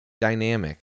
dynamic